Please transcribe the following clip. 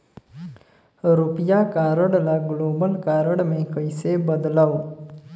रुपिया कारड ल global card मे कइसे बदलव?